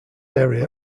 area